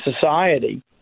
society